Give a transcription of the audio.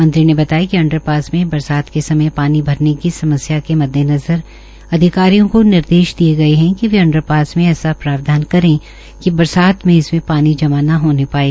मंत्री ने बताया कि अंडरपास में बरसात के समय पानी भरने की समस्या के मद्देनज़र अधिकारियों को निर्देश दिए गए है कि वे अंडरपास में ऐसा प्रावधान करें कि बरसात में इसमें पानी जमा न होने पाये